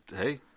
Hey